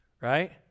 right